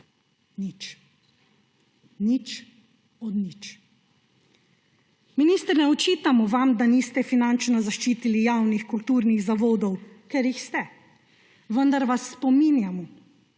Nič. Nič od nič. Minister ne očitamo vam, da niste finančno zaščitili javnih kulturnih zavodov, ker jih ste. Vendar vas spominjamo,